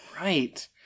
Right